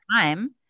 time